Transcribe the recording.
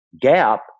gap